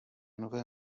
nové